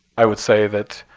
i would say that